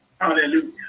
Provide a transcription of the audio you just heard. Hallelujah